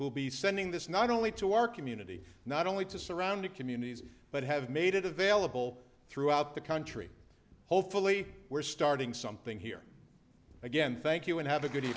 who'll be sending this not only to our community not only to surrounding communities but have made it available throughout the country hopefully we're starting something here again thank you and have a good